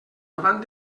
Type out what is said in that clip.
davant